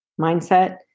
mindset